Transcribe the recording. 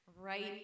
right